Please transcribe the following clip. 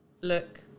look